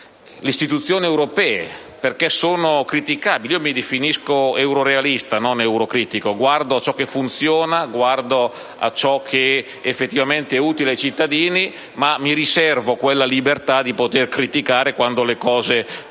istituzioni europee, perché sono criticabili. Io mi definisco "eurorealista", non "eurocritico": guardo a ciò che funziona, guardo a ciò che effettivamente è utile ai cittadini, ma mi riservo quella libertà di poter criticare quando le cose non funzionano.